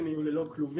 אלא כאן